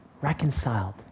reconciled